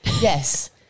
Yes